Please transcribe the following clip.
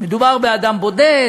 מדובר באדם בודד,